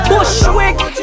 Bushwick